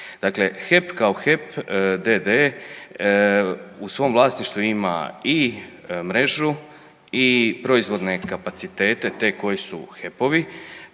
Dakle, HEP kao HEP d.d. u svom vlasništvu ima i mrežu i proizvodne kapacitete te koje su HEP-ovi.